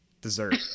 dessert